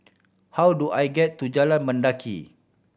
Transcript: how do I get to Jalan Mendaki